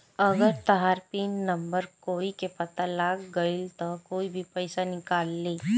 अगर तहार PIN number कोई के पता लाग गइल त कोई भी पइसा निकाल ली